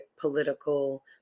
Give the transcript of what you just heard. political